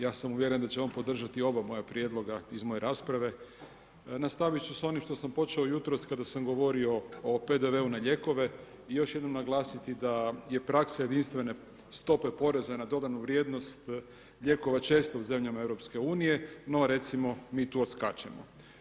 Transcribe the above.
Ja sam uvjeren da će on podržati oba moja prijedloga iz moje rasprave, nastavit ću s onim što sam počeo jutros kada sam govorio o PDV-u na lijekove, još jednom naglasiti da je praksa jedinstvene stope poreza na dodanu vrijednost lijekova česta u zemljama EU, no recimo mi tu odskačemo.